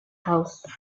house